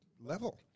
level